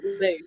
No